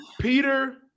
peter